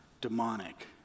demonic